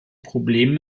problemen